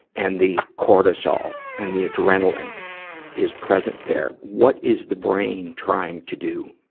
and the cortisol and the adrenaline is present there. what is the brain trying to do,